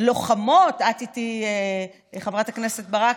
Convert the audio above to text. להיות לוחמות, את איתי, חברת הכנסת ברק,